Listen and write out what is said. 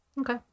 Okay